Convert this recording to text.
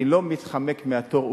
אני לא מתחמק מהתור.